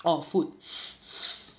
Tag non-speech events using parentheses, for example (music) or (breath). orh food (breath) (noise)